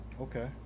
Okay